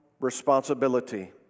responsibility